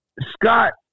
Scott